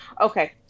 Okay